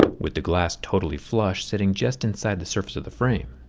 with the glass totally flush sitting just inside the surface of the frame.